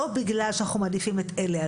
הוא לא רואה את